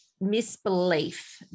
misbelief